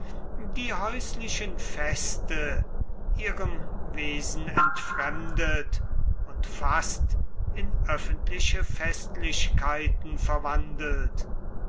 die häuslichen feste ihrem wesen entfremdet und fast in öffentliche festlichkeiten verwandelt